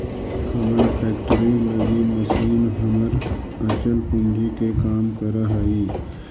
हमर फैक्ट्री लगी मशीन हमर अचल पूंजी के काम करऽ हइ